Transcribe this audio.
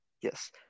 Yes